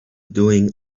doing